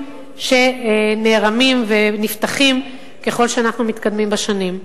שנערמים ונפתחים ככל שאנחנו מתקדמים בשנים.